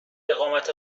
اقامت